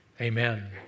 Amen